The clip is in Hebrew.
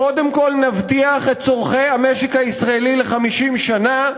קודם כול נבטיח את צורכי המשק הישראלי ל-50 שנה,